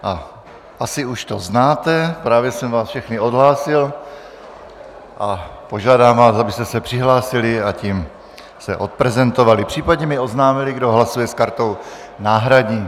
A asi už to znáte, právě jsem vás všechny odhlásil a požádám vás, abyste se přihlásili, a tím se odprezentovali, případně mi oznámili, kdo hlasuje s kartou náhradní.